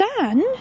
Dan